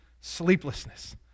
sleeplessness